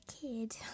kid